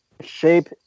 shape